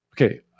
okay